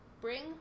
bring